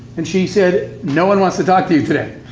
and she said, no one wants to talk to you today.